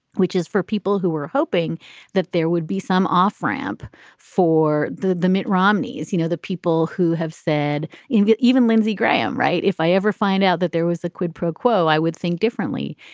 which is for people who were hoping that there would be some off ramp for the the mitt romney, as you know, the people who have said you know even lindsey graham. right. if i ever find out that there was a quid pro quo, i would think differently.